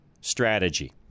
strategy